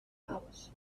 house